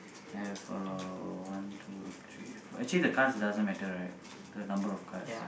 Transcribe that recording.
have uh one two three four actually the cards doesn't matter right the number of cards